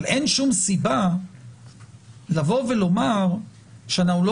אבל אין שום סיבה לבוא ולומר שאנחנו לא